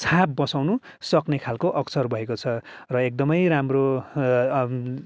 छाप बसाउनुसक्ने खाल्को अक्षर भएको छ र एकदमै राम्रो